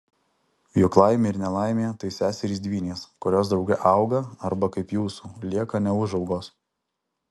juk laimė ir nelaimė tai seserys dvynės kurios drauge auga arba kaip jūsų lieka neūžaugos